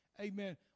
Amen